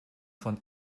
von